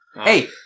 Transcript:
Hey